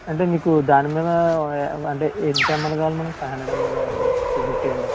అంటే మీకు దాని మీద అంటే ఎంత ఎంఎల్ కావాలి madam five hundred ML or two fifty ML